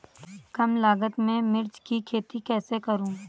कम लागत में मिर्च की खेती कैसे करूँ?